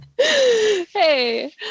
Hey